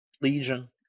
legion